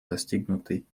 достигнутый